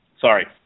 Sorry